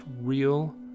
real